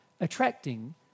attracting